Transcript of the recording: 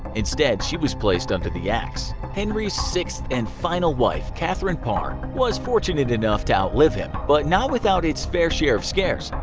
instead, she was placed under the axe. henry's sixth and final wife, catherine parr was fortunate enough to outlive him, but not without its fair share of scares.